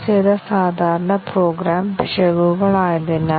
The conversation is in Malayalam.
വിവിധ തരത്തിലുള്ള കണ്ടിഷൻ കവറേജ് എന്താണ്